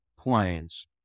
Planes